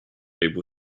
able